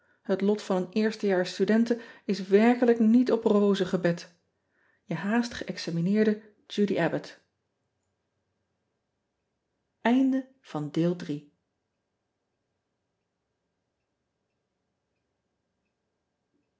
het lot van een eerste jaars studente is werkelijk niet op rozen gebed e haast geëxamineerde udy bott